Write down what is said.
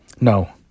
No